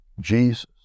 Jesus